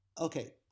Okay